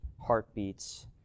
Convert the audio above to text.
heartbeats